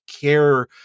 care